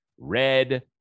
red